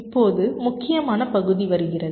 இப்போது முக்கியமான பகுதி வருகிறது